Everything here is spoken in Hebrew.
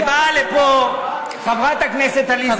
ובאה לפה חברת הכנסת עליזה לביא שהיא מסיעת יש עתיד,